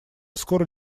скоро